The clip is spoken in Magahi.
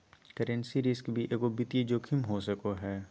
करेंसी रिस्क भी एगो वित्तीय जोखिम हो सको हय